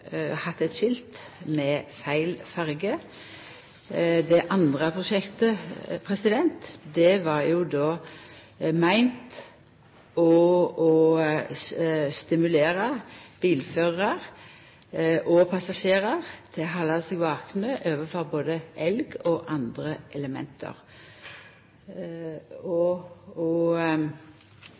hatt eit skilt med feil farge. Det andre prosjektet var jo då meint å stimulera bilførarar og passasjerar til å halda seg vakne overfor både elg og andre element.